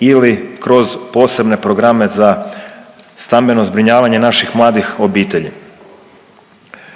ili kroz posebne programe za stambeno zbrinjavanje naših mladih obitelji.